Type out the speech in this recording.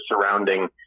surrounding